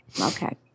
Okay